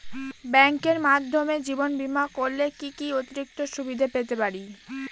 ব্যাংকের মাধ্যমে জীবন বীমা করলে কি কি অতিরিক্ত সুবিধে পেতে পারি?